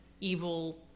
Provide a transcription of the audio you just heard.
evil